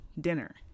dinner